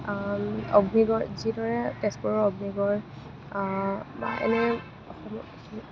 অগ্নিগড় যিদৰে তেজপুৰৰ অগ্নিগড় বা এনেই অসমৰ